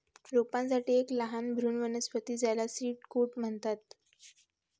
रोपांसाठी एक लहान भ्रूण वनस्पती ज्याला सीड कोट म्हणतात